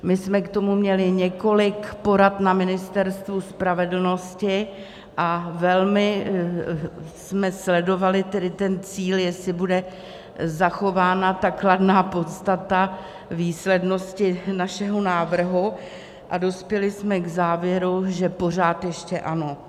My jsme k tomu měli několik porad na Ministerstvu spravedlnosti a velmi jsme sledovali ten cíl, jestli bude zachována kladná podstata výslednosti našeho návrhu, a dospěli jsme k závěru, že pořád ještě ano.